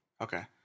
Okay